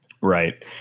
Right